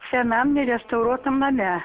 senam nerestauruotam name